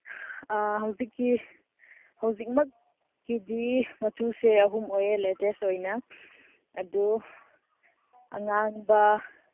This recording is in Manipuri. ꯍꯧꯖꯤꯛꯀꯤ ꯍꯧꯖꯤꯛꯃꯛꯀꯤꯗꯤ ꯃꯆꯨꯁꯦ ꯑꯍꯨꯝ ꯑꯣꯏꯌꯦ ꯂꯦꯇꯦꯁ ꯑꯣꯏꯅ ꯑꯗꯨ ꯑꯉꯥꯡꯕ